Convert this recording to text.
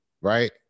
Right